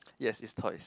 yes is toys